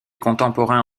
contemporains